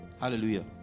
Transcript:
Hallelujah